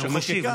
הוא משיב.